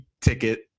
ticket